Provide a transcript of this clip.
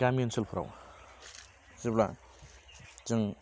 गामि ओनसोलफ्राव जेब्ला जों